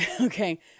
okay